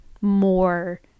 more